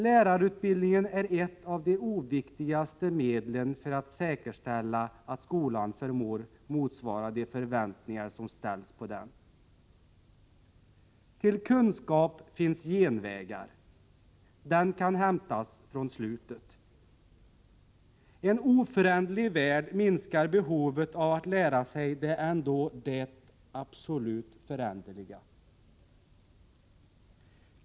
Lärarutbildningen är ett av de oviktigaste medlen för att säkerställa att skolan förmår motsvara de förväntningar som ställs på den. Till kunskap finns genvägar. Den kan hämtas från slutet. En oföränderlig värld minskar behovet av att lära sig det ändå absolut föränderliga.